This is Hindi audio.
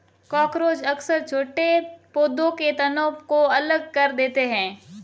कॉकरोच अक्सर छोटे पौधों के तनों को अलग कर देते हैं